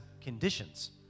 conditions